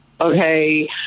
okay